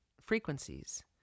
frequencies